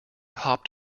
hopped